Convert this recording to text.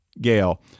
gail